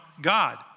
God